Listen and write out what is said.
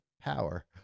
power